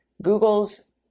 Google's